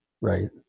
Right